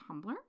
Tumblr